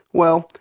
well,